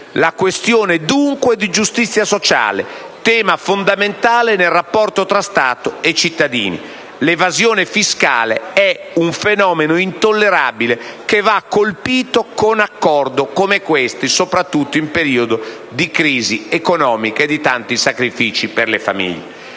La questione è dunque di giustizia sociale, tema fondamentale nel rapporto tra Stato e cittadini. L'evasione fiscale è un fenomeno intollerabile che va colpito con accordi come questo, soprattutto in periodo di crisi economica e di tanti sacrifici per le famiglie.